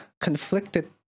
conflicted